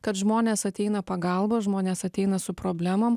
kad žmonės ateina pagalbos žmonės ateina su problemom